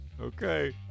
Okay